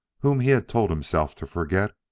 whom he had told himself to forget,